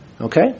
okay